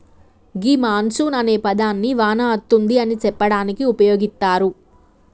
గీ monsoon అనే పదాన్ని వాన అతుంది అని సెప్పడానికి ఉపయోగిత్తారు